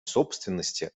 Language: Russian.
собственности